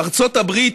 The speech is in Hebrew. ארצות הברית,